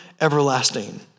everlasting